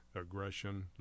aggression